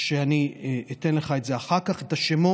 אני אתן לך את זה אחר כך, את השמות,